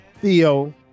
Theo